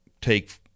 take